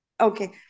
Okay